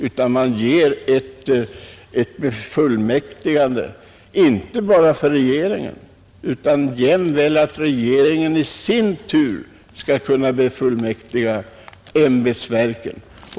Nej, man ger ett bemyndigande inte bara åt regeringen, utan regeringen skall i sin tur jämväl kunna befullmäktiga ämbetsverken att vidta åtgärder.